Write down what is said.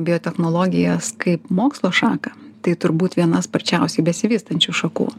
biotechnologijas kaip mokslo šaką tai turbūt viena sparčiausiai besivystančių šakų